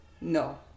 no